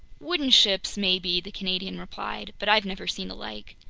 wooden ships maybe, the canadian replied. but i've never seen the like.